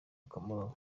kamaro